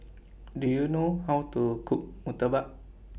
Do YOU know How to Cook Murtabak